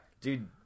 Dude